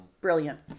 brilliant